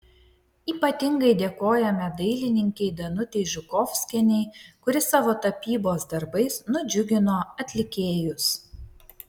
ypatingai dėkojame dailininkei danutei žukovskienei kuri savo tapybos darbais nudžiugino atlikėjus